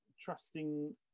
trusting